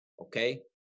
Okay